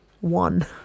One